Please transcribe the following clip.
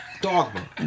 Dogma